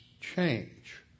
change